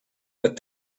but